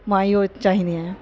मां इहो चाहींदी आहियां